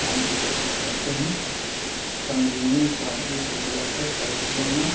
اٹھانے کی کوشش کرتے ہیں تنظیمی سادگی کی وجہ سے فیصلوں میں